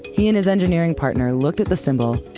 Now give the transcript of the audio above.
he and his engineering partner looked at the symbol,